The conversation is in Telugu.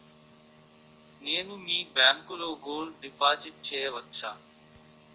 నేను మీ బ్యాంకులో గోల్డ్ డిపాజిట్ చేయవచ్చా?